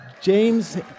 James